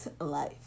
life